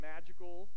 magical